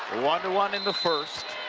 one and one in the first.